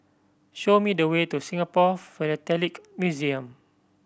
show me the way to Singapore Philatelic Museum